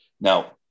Now